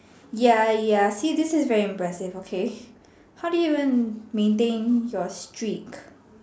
ya ya see this is very impressive okay how do you even maintain your streak